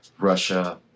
Russia